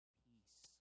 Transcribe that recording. peace